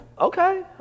Okay